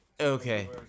Okay